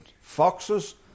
foxes